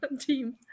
team